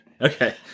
Okay